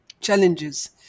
challenges